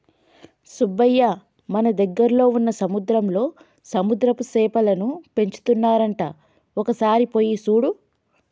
సుబ్బయ్య మన దగ్గరలో వున్న సముద్రంలో సముద్రపు సేపలను పెంచుతున్నారంట ఒక సారి పోయి సూడు